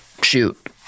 shoot